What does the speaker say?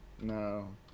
No